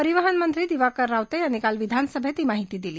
परिवहनमंत्री दिवाकर रावते यांनी काल विधानसभेत ही माहिती दिली